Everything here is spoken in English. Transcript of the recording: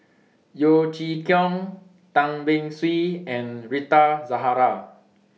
Yeo Chee Kiong Tan Beng Swee and Rita Zahara